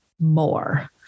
more